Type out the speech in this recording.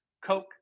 Coke